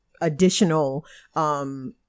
additional